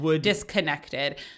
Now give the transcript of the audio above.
disconnected